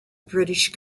british